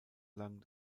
lang